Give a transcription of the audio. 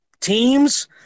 teams